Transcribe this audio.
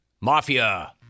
mafia